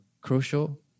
crucial